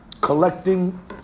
collecting